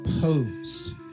pose